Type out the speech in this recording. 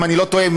אם אני לא טועה,